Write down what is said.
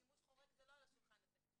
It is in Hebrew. שימוש חורג זה לא על השולחן הזה.